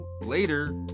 later